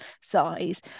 size